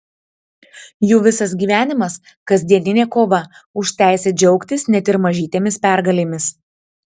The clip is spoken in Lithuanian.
jų visas gyvenimas kasdieninė kova už teisę džiaugtis net ir mažytėmis pergalėmis